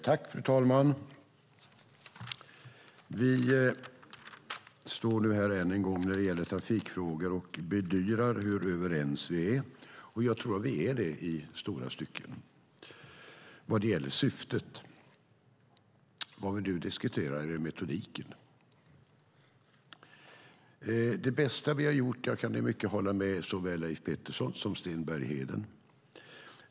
Fru talman! Vi debatterar än en gång trafikfrågor och bedyrar hur överens vi är, och jag tror att vi är det i långa stycken vad gäller syftet. Vad vi nu diskuterar är metodiken. Jag kan i mycket hålla med såväl Leif Pettersson som Sten Bergheden.